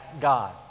God